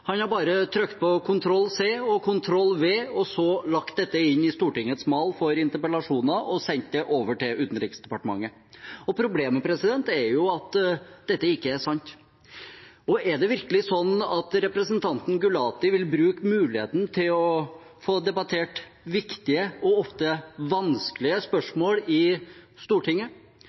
Han har bare trykt på Ctrl C og Ctrl V og så lagt dette inn i Stortingets mal for interpellasjoner og sendt det over til Utenriksdepartementet. Problemet er at dette ikke er sant. Er det virkelig slik representanten Gulati vil bruke muligheten til å få debattert viktige og ofte vanskelige spørsmål i Stortinget?